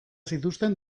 zituzten